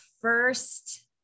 first